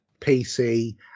PC